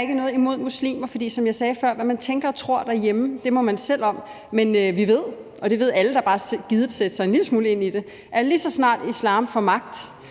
ikke noget imod muslimer. For som jeg sagde før, at hvad man tænker og tror derhjemme, må man selv om. Men vi ved, og det ved alle, der bare har gidet sætte sig en lille smule ind i det, at lige så snart islam får magt,